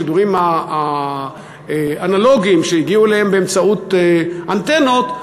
השידורים האנלוגיים שהגיעו אליהם באמצעות אנטנות,